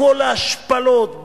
בכל ההשפלות,